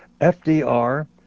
FDR